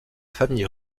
famille